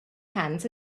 hands